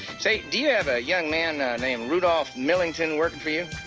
say, do you have a young man named rudolph millington working for you?